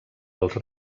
els